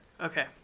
Okay